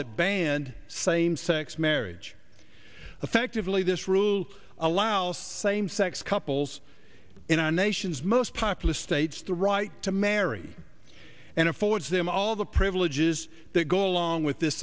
that banned same sex marriage effectively this rule allowed all same sex couples in our nation's most populous states the right to marry and affords them all the privileges that go along with this